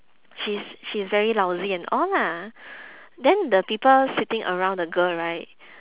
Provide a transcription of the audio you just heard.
she's she's very lousy and all lah then the people seating around the girl right